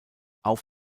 auf